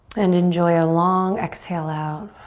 and enjoy a long exhale out.